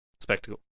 Spectacle